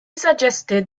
suggested